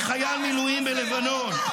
-- שנהרג כחייל מילואים בלבנון.